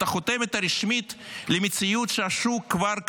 החותמת הרשמית למציאות שהשוק כבר קבע.